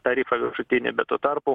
tarifą viršutinį bet tuo tarpu